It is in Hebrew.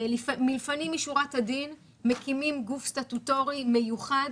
מלפנים משורת הדין מקימים גוף סטטוטורי מיוחד